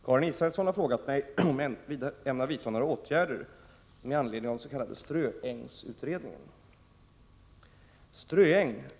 Herr talman! Karin Israelsson har frågat mig om jag ämnar vidta några åtgärder med anledning av den s.k. ströängsutredningen.